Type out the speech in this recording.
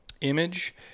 image